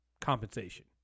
compensation